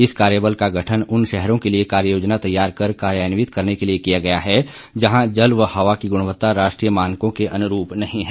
इस कार्यबल का गठन उन शहरों के लिए कार्य योजना तैयार कर कार्यान्वित करने के लिए किया गया है जहां जल व हवा की गुणवत्ता राष्ट्रीय मानकों के अनुरूप नहीं है